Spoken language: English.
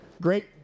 Great